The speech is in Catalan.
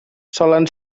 solen